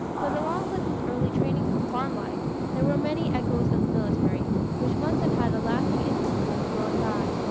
but along with his early training for farm life there were many echoes of the military, which must have had a lasting influence on the growing lad.